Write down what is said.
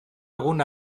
egun